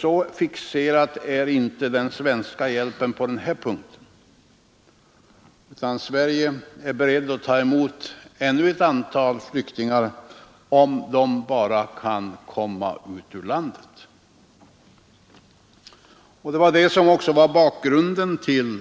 Så fixerad är inte den svenska hjälpen på den här punkten, utan Sverige är berett att ta emot ännu ett antal flyktingar — om de bara kan komma ut ur landet. Det var det som också var bakgrunden till